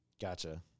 Gotcha